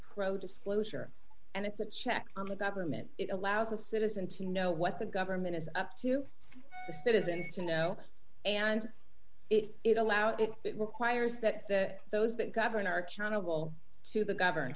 pro disclosure and it's a check from the government it allows a citizen to know what the government is up to six the citizens to know and it allow it requires that that those that govern are accountable to the govern